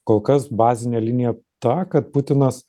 kol kas bazinė linija ta kad putinas